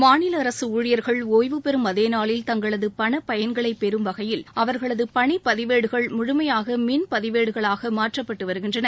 மாநில அரசு ஊழியர்கள் ஓய்வு பெறும் அதேநாளில் தங்களது பணப்பயன்களை பெறும் வகையில் அவர்களது பணிப்பதிவேடுகள் முழுமையாக மின் பதிவேடுகளாக மாற்றப்பட்டு வருகின்றன